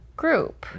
group